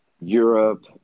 Europe